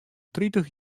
tritich